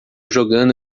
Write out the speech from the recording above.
jogando